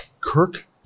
Kirk